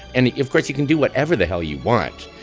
and of course you can do whatever the hell you want.